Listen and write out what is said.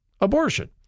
Abortion